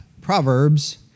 Proverbs